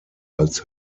als